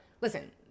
listen